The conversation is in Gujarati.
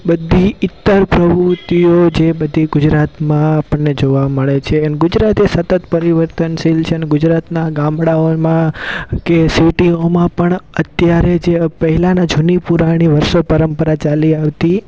બધી ઈત્તર પ્રવૃત્તિઓ જે બધી ગુજરાતમાં આપણને જોવા મળે છે એન્ડ ગુજરાત એ સતત પરિવર્તનશીલ છે અને ગુજરાતનાં ગામડાઓમાં કે સિટીઓમાં પણ અત્યારે જે આ પહેલાંના જૂની પુરાણી વર્ષો પરંપરાઓ ચાલી આવતી